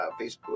Facebook